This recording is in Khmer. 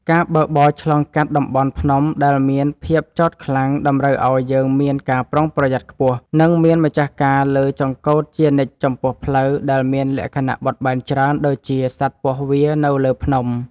ការបើកបរឆ្លងកាត់តំបន់ភ្នំដែលមានភាពចោតខ្លាំងតម្រូវឱ្យយើងមានការប្រុងប្រយ័ត្នខ្ពស់ និង មានម្ចាស់ការលើចង្កូតជានិច្ចចំពោះផ្លូវដែលមានលក្ខណៈបត់បែនច្រើនដូចជាសត្វពស់វារនៅលើភ្នំ។